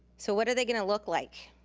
so what are they gonna look like?